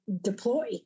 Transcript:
deploy